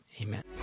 Amen